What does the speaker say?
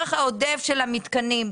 הסרח העודף של המתקנים.